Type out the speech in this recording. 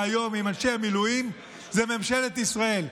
היום עם אנשי המילואים הוא ממשלת ישראל.